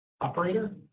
Operator